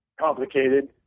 complicated